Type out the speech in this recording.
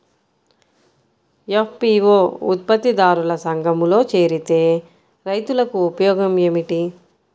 FPO ఉత్పత్తి దారుల సంఘములో చేరితే రైతులకు ఉపయోగము ఏమిటి?